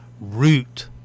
root